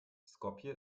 skopje